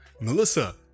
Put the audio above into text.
Melissa